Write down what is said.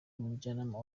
umujyanama